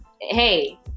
hey